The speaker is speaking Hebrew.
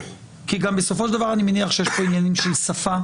כי גם בסופו של דבר אני מניח שיש פה עניינים של שפה,